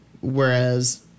whereas